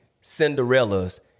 Cinderella's